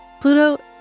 Pluto